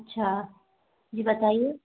अच्छा जी बताइए